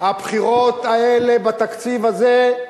הבחירות האלה, בתקציב הזה,